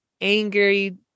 angry